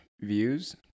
views